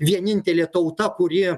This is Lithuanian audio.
vienintelė tauta kuri